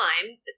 time